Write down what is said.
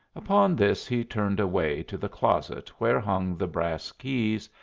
upon this, he turned away to the closet where hung the brass keys,